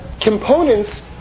components